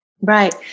Right